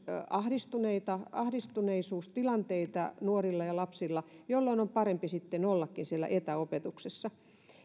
ahdistuneisuustilanteita ahdistuneisuustilanteita nuorilla ja lapsilla jolloin on parempi sitten ollakin siellä etäopetuksessa